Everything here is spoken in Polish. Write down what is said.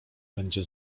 będzie